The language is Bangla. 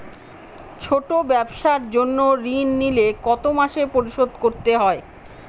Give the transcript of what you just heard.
ছোট ব্যবসার জন্য ঋণ নিলে কত মাসে পরিশোধ করতে হয়?